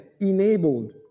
enabled